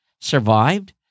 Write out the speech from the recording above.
survived